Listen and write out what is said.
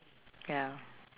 ya